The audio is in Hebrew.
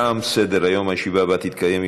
תם סדר-היום, הישיבה הבאה תתקיים,